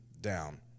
down